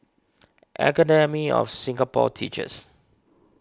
Academy of Singapore Teachers